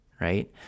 right